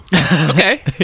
okay